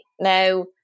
Now